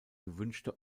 gewünschte